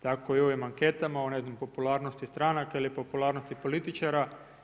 Tako i u ovim anketama o ne znam popularnosti stranaka ili popularnosti političara.